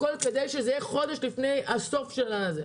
הכול כדי שזה יהיה חודש לפני סוף החל"ת.